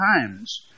times